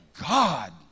God